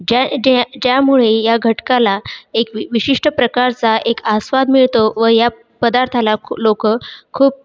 ज्या त्या ज्यामुळे या घटकाला एक वि विशिष्ट प्रकारचा एक आस्वाद मिळतो व या पदार्थाला खू लोक खूप